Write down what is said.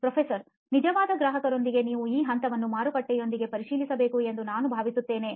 ಪ್ರೊಫೆಸರ್ನಿಜವಾದ ಗ್ರಾಹಕರೊಂದಿಗೆ ನೀವು ಈ ಹಂತವನ್ನು ಮಾರುಕಟ್ಟೆಯೊಂದಿಗೆ ಪರಿಶೀಲಿಸಬೇಕು ಎಂದು ನಾನು ಭಾವಿಸುತ್ತೇನೆ